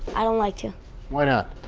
i don't like to why not?